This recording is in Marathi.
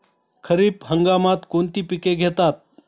खरीप हंगामात कोणती पिके घेतात?